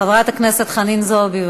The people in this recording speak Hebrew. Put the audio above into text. חברת הכנסת חנין זועבי,